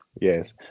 Yes